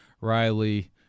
Riley